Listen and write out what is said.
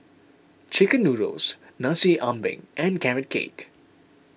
Chicken Noodles Nasi Ambeng and Carrot Cake